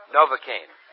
Novocaine